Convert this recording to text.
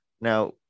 Now